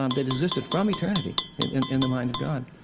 um they existed from eternity in in the mind of god.